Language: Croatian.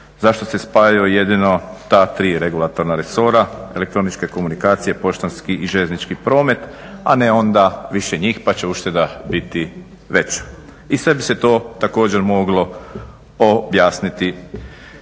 zašto se spajaju jedino ta tri regulatorna resora? Elektroničke komunikacije, poštanski i željeznički promet, a ne onda više njih pa će ušteda biti veća. I sve bi se to također moglo objasniti